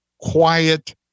quiet